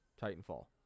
Titanfall